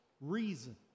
reason